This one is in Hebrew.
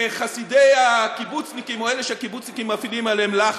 חסידי הקיבוצניקים או אלה שהקיבוצניקים מפעילים עליהם לחץ.